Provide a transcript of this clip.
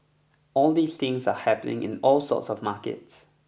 all these things are happening in all sorts of markets